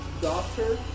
Doctor